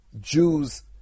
Jews